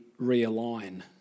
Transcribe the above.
realign